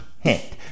hint